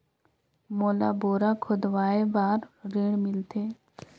मोला बोरा खोदवाय बार ऋण मिलथे?